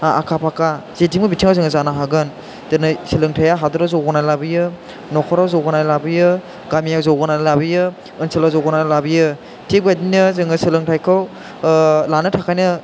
आखा फाखा जेथिंबो बिथिङाव जोङो जानो हागोन दिनै सोलोंथाया हादोराव जौगानाय लाबोयो नखराव जौगानाय लाबोयो गामियाव जौगानाय लाबोयो ओनसोलाव जौगानाय लाबोयो थिक बेबादिनो जोङो सोलोंथाइखौ लानो थाखायनो